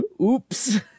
oops